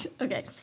Okay